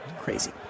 Crazy